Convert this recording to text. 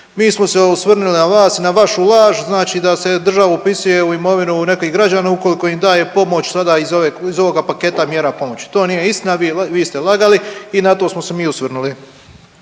mi smo se osvrnuli na vas i na vašu laž. Znači da se država upisuje u imovinu nekih građana ukoliko im daje pomoć sada iz ovoga paketa mjera pomoći. To nije istina. Vi ste lagali i na to smo se mi osvrnuli.